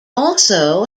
also